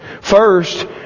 First